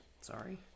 Sorry